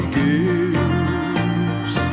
gives